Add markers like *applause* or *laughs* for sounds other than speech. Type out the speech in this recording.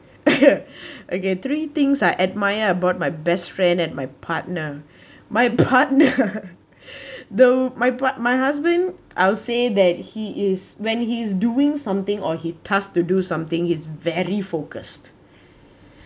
*laughs* okay three things I admire about my best friend and my partner *breath* my partner *laughs* *breath* though my part~ my husband I'll say that he is when he is doing something or he tasked to do something he's very focused